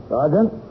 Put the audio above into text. Sergeant